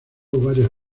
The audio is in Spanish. varias